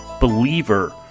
Believer